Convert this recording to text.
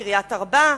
קריית-ארבע,